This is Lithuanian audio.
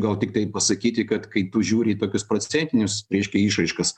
gal tiktai pasakyti kad kai tu žiūri į tokius procentinius reiškia išraiškas